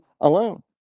alone